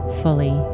fully